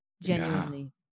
genuinely